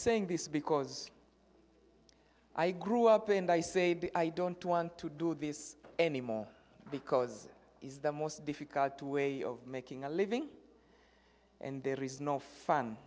saying this because i grew up and i say i don't want to do this anymore because it is the most difficult way of making a living and there is no fun